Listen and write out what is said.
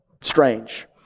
strange